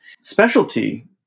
specialty